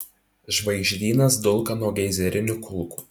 žvaigždynas dulka nuo geizerinių kulkų